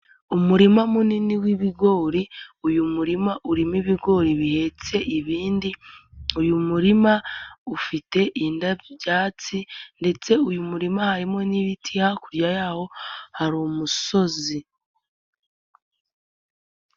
Umurima munini w'ibigori, uyu murima urimo ibigori bihetse ibindi, uyu murima ufite ibyatsi ndetse uyu murima harimo n'ibiti hakurya yawo hari umusozi.